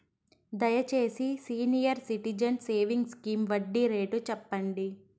దయచేసి senior citizens savings scheme వడ్డీ rate సెప్పండి